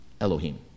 Elohim